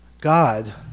God